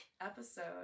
episode